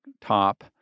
top